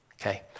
Okay